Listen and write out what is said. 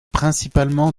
principalement